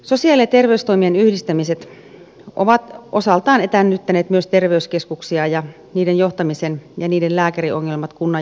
sosiaali ja terveystoimien yhdistämiset ovat osaltaan etäännyttäneet myös terveyskeskukset ja niiden johtamisen ja niiden lääkäriongelmat kunnan johdosta